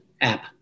app